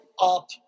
up